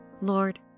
Lord